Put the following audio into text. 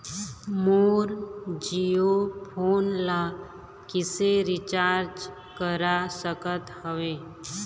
मोर Jio phone ला किसे recharge करा सकत हवं?